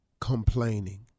complaining